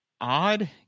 odd